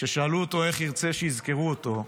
כששאלו אותו איך ירצה שיזכרו אותו,